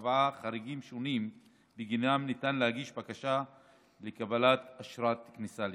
קבעה חריגים שונים שבגינם ניתן להגיש בקשה לקבלת אשרת כניסה לישראל.